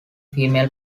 female